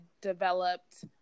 developed